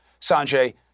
Sanjay